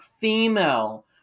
female